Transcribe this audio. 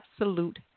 absolute